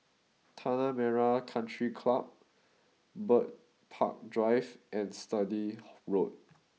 Tanah Merah Country Club Bird Park Drive and Sturdee Road